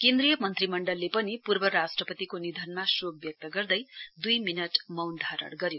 केन्द्रीय मन्त्रीमण्डलले पनि पूर्व राष्ट्रपतिको निधनमा शोक व्यक्त गर्दै दुई मिनटको मौन धारण गर्यो